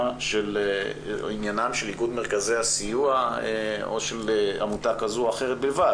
של איגוד מרכזי הסיוע או של עמותה כזו או אחרת לבד,